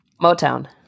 Motown